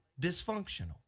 dysfunctional